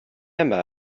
yma